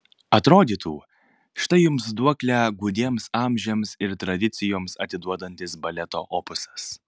atrodytų štai jums duoklę gūdiems amžiams ir tradicijoms atiduodantis baleto opusas